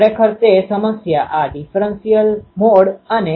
તો હવે બધા એલીમેન્ટ માટે Ei1NCi eji fθϕ e jK૦rjK૦arri હશે